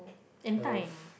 and time